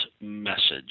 message